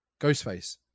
Ghostface